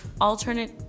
alternate